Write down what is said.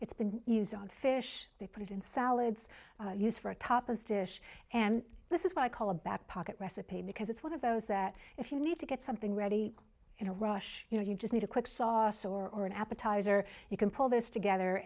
it's been used on fish they put it in salads used for a topless dish and this is what i call a back pocket recipe because it's one of those that if you need to get something ready in a rush you know you just need a quick sauce or an appetizer you can pull this together